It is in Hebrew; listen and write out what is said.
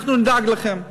אנחנו נדאג לכם.